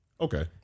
Okay